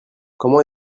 comment